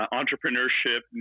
entrepreneurship